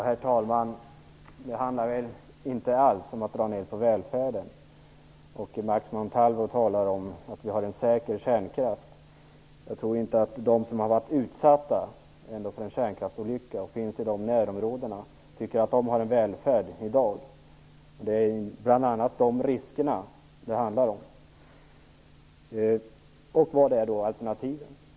Herr talman! Det handlar inte alls om att dra ner på välfärden. Max Montalvo talar om att vi har en säker kärnkraft. Jag tror inte att de som har varit utsatta för en kärnkraftsolycka och bor i närområdena tycker att de i dag har en välfärd. Det är bl.a. dessa risker som det handlar om. Vad är då alternativet?